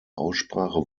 aussprache